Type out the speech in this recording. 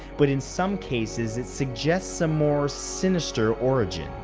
but in some cases, it suggests some more sinister origin.